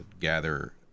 gather